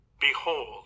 Behold